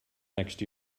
next